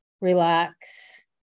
relax